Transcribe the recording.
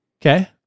Okay